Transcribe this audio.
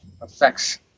affects